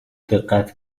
دقت